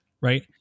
right